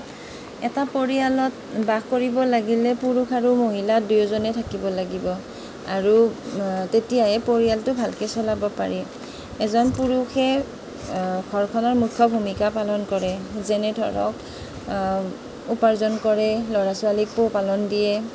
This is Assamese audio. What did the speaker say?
এটা পৰিয়ালত বাস কৰিব লাগিলে পুৰুষ আৰু মহিলা দুয়োজনেই থাকিব লাগিব আৰু তেতিয়াহে পৰিয়ালটো ভালকৈ চলাব পাৰি এজন পুৰুষে ঘৰখনৰ মুখ্য ভূমিকা পালন কৰে যেনে ধৰক উপাৰ্জন কৰে ল'ৰা ছোৱালীক পোহপালন দিয়ে